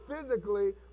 physically